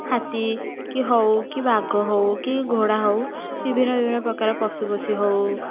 ହାତୀ କି ହେଉ କି ବାଘ ହେଉ କି ଘୋଡ଼ା ହେଉ ବିଭିନ୍ନ ବିଭିନ୍ନ ପ୍ରକାର ପଶୁପକ୍ଷୀ ହେଉ